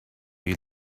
you